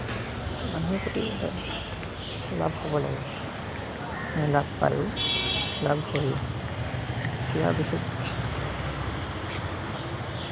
মানুহৰ প্ৰতি লাভ লাভ হ'ব লাগে লাভ পাইয়ো লাভ হ'ব ক্ৰীড়াৰ দিশত